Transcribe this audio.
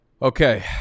Okay